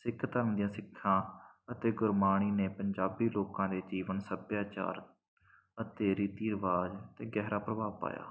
ਸਿੱਖਾਂ ਧਰਮ ਦੀਆਂ ਸਿੱਖਾਂ ਅਤੇ ਗੁਰਬਾਣੀ ਨੇ ਪੰਜਾਬੀ ਲੋਕਾਂ ਦੇ ਜੀਵਨ ਸੱਭਿਆਚਾਰ ਅਤੇ ਰੀਤੀ ਰਿਵਾਜ਼ 'ਤੇ ਗਹਿਰਾ ਪ੍ਰਭਾਵ ਪਾਇਆ